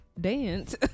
dance